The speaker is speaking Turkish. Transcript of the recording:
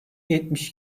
yetmiş